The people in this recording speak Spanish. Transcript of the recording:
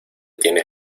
tiene